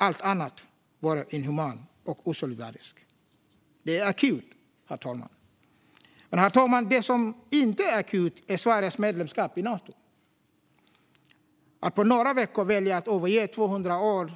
Allt annat vore inhumant och osolidariskt. Läget är akut. Men, herr talman, det som inte är akut är Sveriges medlemskap i Nato. Att på några veckor välja att överge 200 år